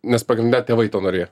nes pagrinde tėvai to norėjo